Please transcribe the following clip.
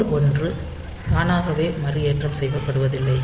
mode 1 தானாக மறுஏற்றம் செய்யப்படுவதில்லை